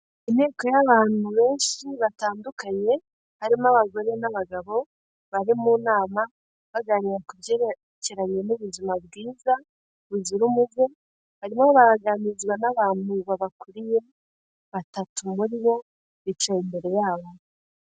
Inteko y'abantu benshi batandukanye, harimo abagore n'abagabo, bari mu nama baganira ku byerekeranye n'ubuzima bwiza buzira umuze, barimo baraganirizwa n'abantu babakuriye batatu muri bo bicaye imbere yabo.